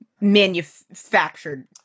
manufactured